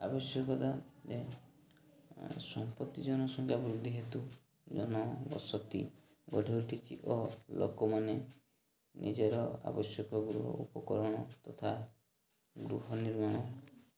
ଆବଶ୍ୟକତା ଯେ ସମ୍ପତ୍ତି ଜନସଂଖ୍ୟା ବୃଦ୍ଧି ହେତୁ ଜନବସତି ଗଢ଼ି ଉଠିଛି ଓ ଲୋକମାନେ ନିଜର ଆବଶ୍ୟକ ଗୃହ ଉପକରଣ ତଥା ଗୃହ ନିର୍ମାଣ